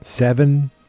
Seven